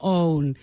own